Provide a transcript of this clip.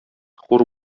хур